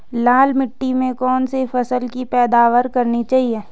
लाल मिट्टी में कौन सी फसल की पैदावार करनी चाहिए?